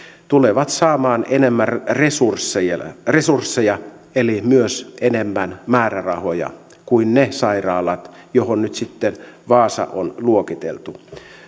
tulevat saamaan enemmän resursseja resursseja eli myös enemmän määrärahoja kuin ne sairaalat joihin nyt sitten vaasa on luokiteltu